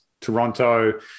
Toronto